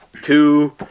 two